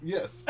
Yes